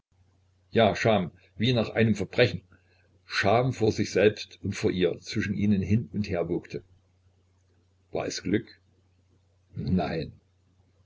ja scham wie nach einem verbrechen scham vor sich selbst und vor ihr zwischen ihnen hin und herwogte war es glück nein